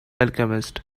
alchemist